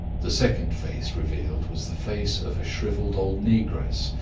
the second face revealed was the face of a shriveled old negress,